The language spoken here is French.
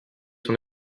son